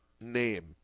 name